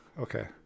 Okay